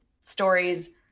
stories